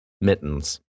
mittens